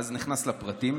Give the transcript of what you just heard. ואז הוא נכנס לפרטים.